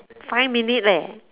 five minute leh